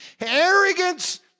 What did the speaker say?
arrogance